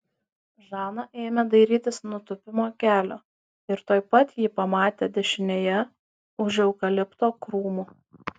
žana ėmė dairytis nutūpimo kelio ir tuoj pat jį pamatė dešinėje už eukalipto krūmų